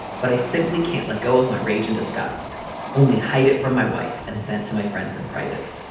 but i simply can't let go of my rage and disgust only hide it from my wife and vent to my friends in private.